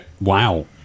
wow